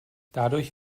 dadurch